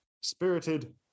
Spirited